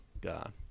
God